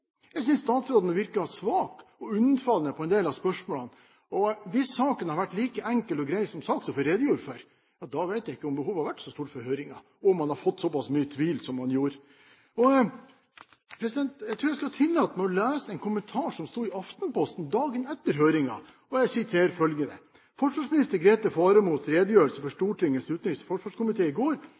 dag synes jeg ikke at statsråden var spesielt tydelig. Jeg synes statsråden virket svak og unnfallende i en del av spørsmålene. Hvis saken hadde vært like enkel og grei som saksordføreren redegjorde for, vet jeg ikke om det hadde vært så stort behov for høring, og om det hadde blitt såpass mye tvil som det ble. Jeg tror jeg skal tillate meg å lese en kommentar som sto i Aftenposten dagen etter høringen. Jeg siterer følgende: «Forsvarsminister Grete Faremos redegjørelse for Stortingets utenriks- og forsvarskomité i går